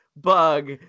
bug